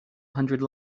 hundred